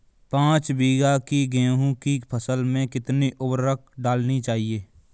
पाँच बीघा की गेहूँ की फसल में कितनी उर्वरक डालनी चाहिए?